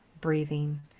breathing